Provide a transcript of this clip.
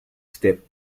step